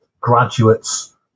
graduates